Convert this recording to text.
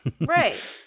Right